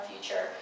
future